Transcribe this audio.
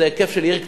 זה היקף של עיר קטנה.